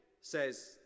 says